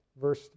verse